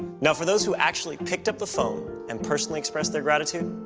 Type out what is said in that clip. now for those who actually picked up the phone and personally expressed their gratitude,